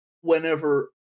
whenever